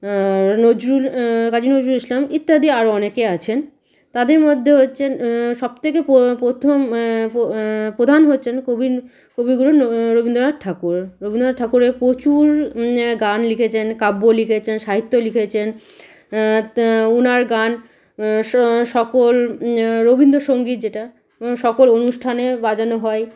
নজরুল কাজী নজরুল ইসলাম ইত্যাদি আরো অনেকে আছেন তাদের মধ্যে হচ্ছেন সব থেকে প্রথম পো প্রধান হচ্ছেন কবি কবিগুরু নবী রবীন্দনাথ ঠাকুর রবীন্দনাথ ঠাকুরের প্রচুর গান লিখেছেন কাব্য লিখেছেন সাহিত্য লিখেছেন ত ওনার গান স সকল রবীন্দ্র সঙ্গীত যেটা সকল অনুষ্ঠানে বাজানো হয়